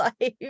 life